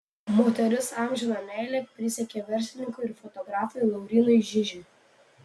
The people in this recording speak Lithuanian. moteris amžiną meilę prisiekė verslininkui ir fotografui laurynui žižiui